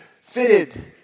fitted